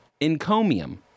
Encomium